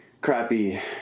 crappy